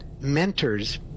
mentors